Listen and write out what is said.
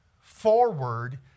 forward